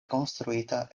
konstruita